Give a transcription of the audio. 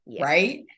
right